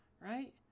Right